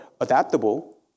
adaptable